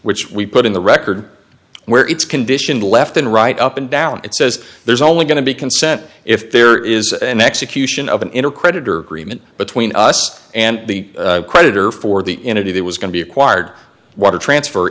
which we put in the record where it's condition left and right up and down it says there's only going to be consent if there is an execution of an inner creditor agreement between us and the creditor for the interview that was going to be acquired water transfer